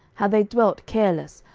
how they dwelt careless,